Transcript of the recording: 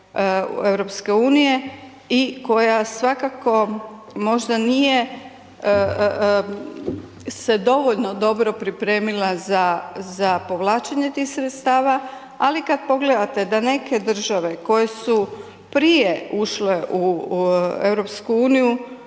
Europske unije i koja svakako možda nije se dovoljno dobro pripremila za, za povlačenje tih sredstava, ali kad pogledate da neke države koje su prije ušle u Europsku uniju,